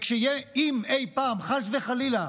כשיהיה, אם, אי פעם, חס וחלילה,